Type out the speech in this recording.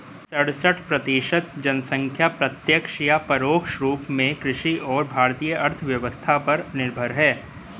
सड़सठ प्रतिसत जनसंख्या प्रत्यक्ष या परोक्ष रूप में कृषि और भारतीय अर्थव्यवस्था पर निर्भर है